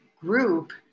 group